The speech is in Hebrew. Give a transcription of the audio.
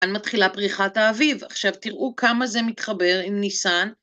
כאן מתחילה פריחת האביב, עכשיו תראו כמה זה מתחבר עם ניסן.